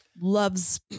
Loves